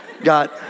got